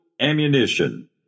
ammunition